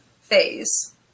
phase